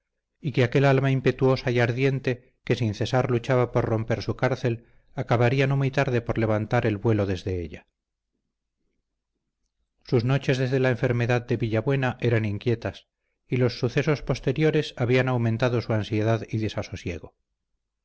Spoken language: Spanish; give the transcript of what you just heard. y que aquel alma impetuosa y ardiente que sin cesar luchaba por romper su cárcel acabaría no muy tarde por levantar el vuelo desde ella sus noches desde la enfermedad de villabuena eran inquietas y los sucesos posteriores habían aumentado su ansiedad y desasosiego